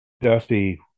Dusty